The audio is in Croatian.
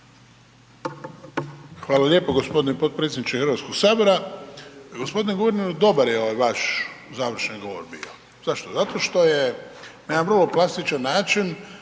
Hvala lijepo gospodine potpredsjedniče Hrvatskog sabora. Gospodine guverneru dobar je ovaj vaš završni govor bio. Zašto? Zato što je na jedan vrlo plastičan način